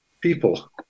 people